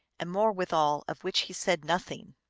and more withal, of which he said nothing.